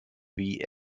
wie